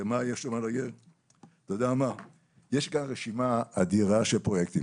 יש כאן רשימה אדירה של פרויקטים.